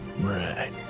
Right